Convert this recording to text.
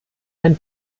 ein